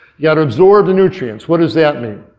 you gotta absorb the nutrients. what does that mean?